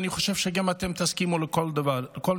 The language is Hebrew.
ואני חושב שגם אתם תסכימו עם כל מילה: